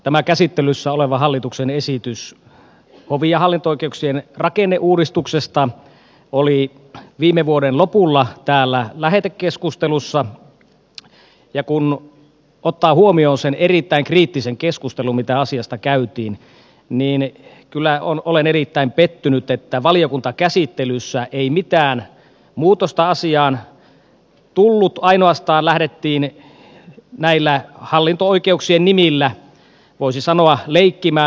tämä käsittelyssä oleva hallituksen esitys hovi ja hallinto oikeuksien rakenneuudistuksesta oli viime vuoden lopulla täällä lähetekeskustelussa ja kun ottaa huomioon sen erittäin kriittisen keskustelun mitä asiasta käytiin niin kyllä olen erittäin pettynyt että valiokuntakäsittelyssä ei mitään muutosta asiaan tullut ainoastaan lähdettiin näillä hallinto oikeuksien nimillä voisi sanoa leikkimään